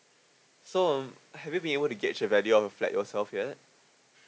so um have you been able to gauge the value of your flat yourself yet